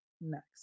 next